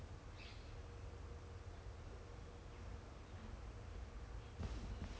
not specifically but 他 like err subtly told that that new New Zealander lah